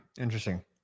Interesting